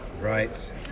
Right